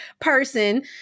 person